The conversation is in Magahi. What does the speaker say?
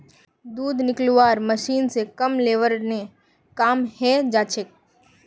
दूध निकलौव्वार मशीन स कम लेबर ने काम हैं जाछेक